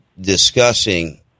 discussing